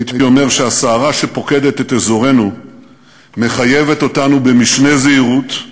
הייתי אומר שהסערה שפוקדת את אזורנו מחייבת אותנו במשנה זהירות,